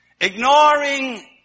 Ignoring